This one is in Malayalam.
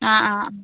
ആ ആ ആ